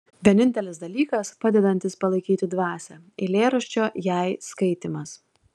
vienintelis dalykas padedantis palaikyti dvasią eilėraščio jei skaitymas